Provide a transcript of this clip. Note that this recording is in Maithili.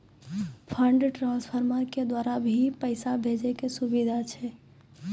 फंड ट्रांसफर के द्वारा भी पैसा भेजै के सुविधा छै?